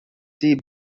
die